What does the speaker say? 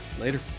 later